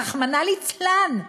רחמנא ליצלן.